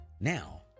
Now